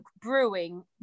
brewing